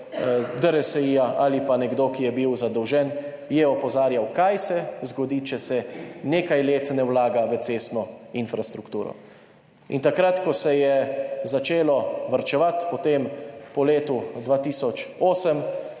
DRSI ali pa nekdo, ki je bil zadolžen, je opozarjal, kaj se zgodi, če se nekaj let ne vlaga v cestno infrastrukturo. In takrat, ko se je potem po letu 2008